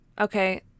Okay